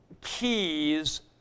keys